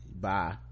bye